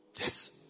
Yes